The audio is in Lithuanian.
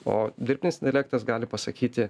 o dirbnis nelektas gali pasakyti